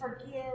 forgive